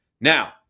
Now